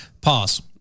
Pause